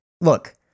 look